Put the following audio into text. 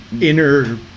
inner